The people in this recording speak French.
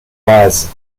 rase